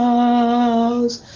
house